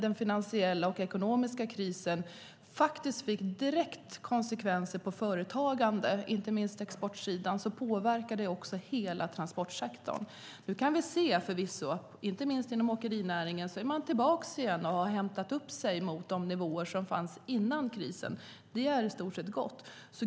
Den finansiella och ekonomiska krisen fick direkt konsekvenser för företagandet, inte minst exportsidan, vilket påverkade hela transportsektorn. Nu kan vi förvisso se, inte minst inom åkerinäringen, att man är tillbaka igen och har återhämtat sig till de nivåer som fanns före krisen. Det är i stort sett gott.